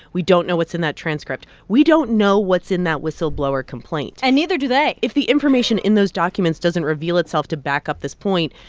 we don't know what's in that transcript. we don't know what's in that whistleblower complaint and neither do they if the information in those documents doesn't reveal itself to back up this point,